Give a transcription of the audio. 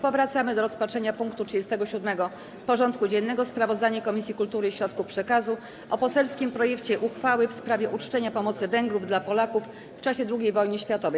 Powracamy do rozpatrzenia punktu 37. porządku dziennego: Sprawozdanie Komisji Kultury i Środków Przekazu o poselskim projekcie uchwały w sprawie uczczenia pomocy Węgrów dla Polaków w czasie II wojny światowej.